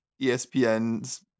ESPN's